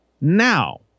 now